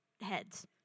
heads